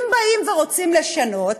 אם רוצים לשנות,